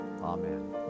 amen